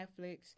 Netflix